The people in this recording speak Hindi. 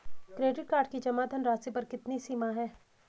क्रेडिट कार्ड की जमा धनराशि पर कितनी सीमा है?